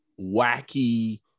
wacky